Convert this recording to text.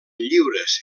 lliures